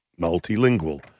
Multilingual